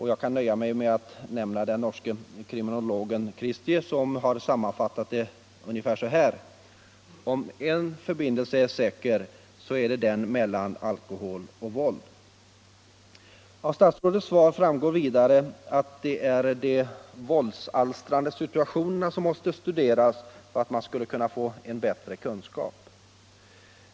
Jag kan nöja mig med att nämna den norske kriminologen Christie, som har sammanfattat det ungefär så här: ”Om en forbindelse er sikker, så er det den mellom alkohol og vold.” Av statsrådets svar framgår vidare att det är de våldsalstrande situationerna som måste studeras för att man skall få en bättre kunskap.